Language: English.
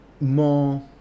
more